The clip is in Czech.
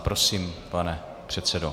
Prosím, pane předsedo.